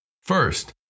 First